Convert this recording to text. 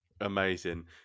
amazing